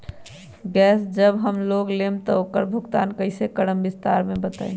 Gas जब हम लोग लेम त उकर भुगतान कइसे करम विस्तार मे बताई?